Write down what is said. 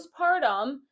postpartum